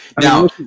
Now